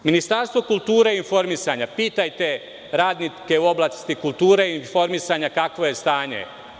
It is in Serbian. Ministarstvo kulture i informisanja; pitajte radnike u oblasti kulture i informisanja kakvo je stanje.